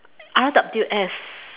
R_W_S